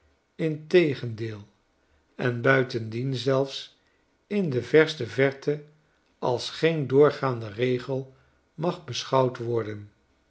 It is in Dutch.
integendeel en buitendien zelfs in de verste verte als geen doorgaanden regel mag beschouwd worden